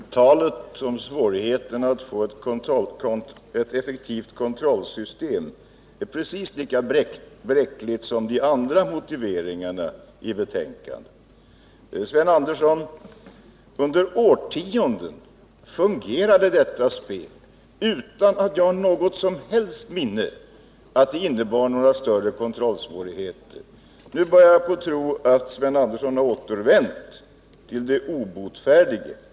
Herr talman! Talet om svårigheten att få ett effektivt kontrollsystem är precis lika bräckligt som de andra motiveringarna i betänkandet. Under årtionden, Sven Andersson, fungerade detta spel utan några större kontrollsvårigheter. Nu börjar jag tro att Sven Andersson har återvänt till de obotfärdigas skara.